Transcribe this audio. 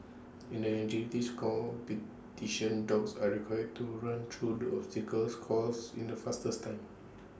in the agility's competition dogs are required to run through the obstacles course in the fastest time